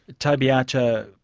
toby archer,